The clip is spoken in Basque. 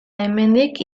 hemendik